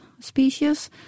species